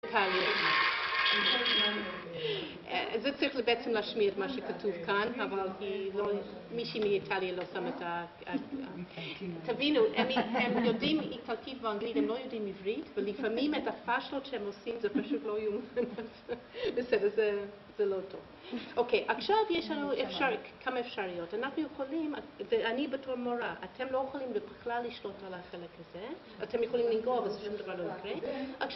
זה צריך בעצם להשמיע את מה שכתוב כאן, אבל מי שמאיטליה לא שם את ה... תבינו, הם יודעים איטלקית ואנגלית, הם לא יודעים עברית, ולפעמים את הפשלות שהם עושים זה פשוט לא יאומן. בסדר, זה לא טוב. אוקיי, עכשיו יש לנו כמה אפשרויות. אנחנו יכולים, ואני בתור מורה, אתם לא יכולים בכלל לשלוט על החלק הזה. אתם יכולים לנגוע, אבל זה שום דבר לא יקרה.